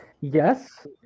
Yes